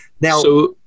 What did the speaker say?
Now—